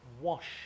wash